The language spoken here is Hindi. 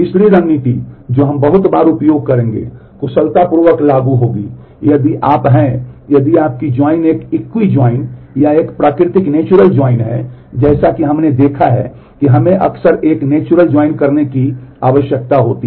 तीसरी रणनीति जो हम बहुत बार उपयोग करेंगे कुशलतापूर्वक लागू होगी यदि आप हैं यदि आपकी ज्वाइन एक एक्विजॉइन करने की आवश्यकता होती है